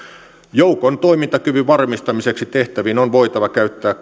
joukon toimintakyvyn varmistamiseksi tehtäviin on voitava käyttää